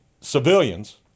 civilians